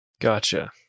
Gotcha